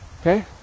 okay